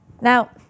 Now